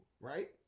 right